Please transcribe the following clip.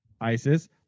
ISIS